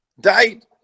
died